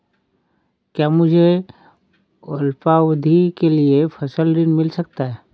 क्या मुझे अल्पावधि के लिए फसल ऋण मिल सकता है?